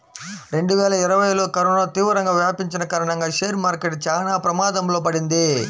రెండువేల ఇరవైలో కరోనా తీవ్రంగా వ్యాపించిన కారణంగా షేర్ మార్కెట్ చానా ప్రమాదంలో పడింది